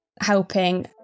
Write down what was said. helping